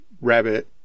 rabbit